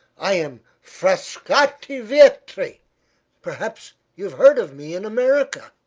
i am frascatti vietri perhaps you have heard of me in america?